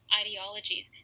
ideologies